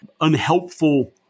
unhelpful